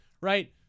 Right